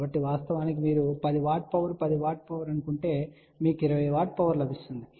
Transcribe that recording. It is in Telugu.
కాబట్టి వాస్తవానికి మీరు 10 W పవర్ 10 W పవర్ అని చెప్పనివ్వండి మీకు 20 W పవర్ లభిస్తుంది